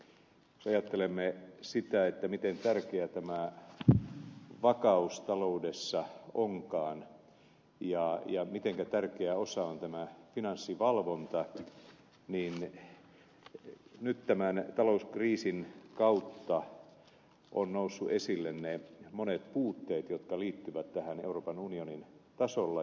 jos ajattelemme sitä miten tärkeä tämä vakaus taloudessa onkaan ja mitenkä tärkeä osa on tämä finanssivalvonta niin nyt tämän talouskriisin kautta ovat nousseet esille ne monet puutteet jotka liittyvät tähän euroopan unionin tasolla